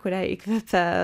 kurią įkvėpė